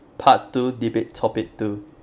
part two debate topic two